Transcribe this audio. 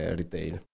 retail